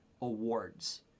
awards